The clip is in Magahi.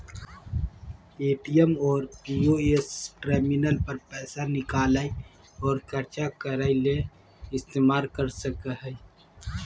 ए.टी.एम और पी.ओ.एस टर्मिनल पर पैसा निकालय और ख़र्चा करय ले इस्तेमाल कर सकय हइ